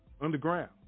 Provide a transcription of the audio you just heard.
underground